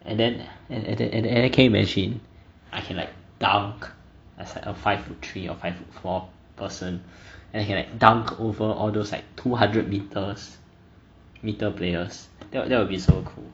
and then and and and and and and can you imagine I can like dunk as like a five foot three or five foot four person and I can like dunk over all those like two hundred meters meter players that that will be so cool